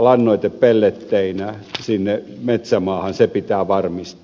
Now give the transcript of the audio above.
lannoitepelletteinä metsämaahan pitää varmistaa